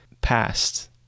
past